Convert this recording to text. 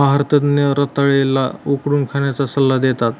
आहार तज्ञ रताळ्या ला उकडून खाण्याचा सल्ला देतात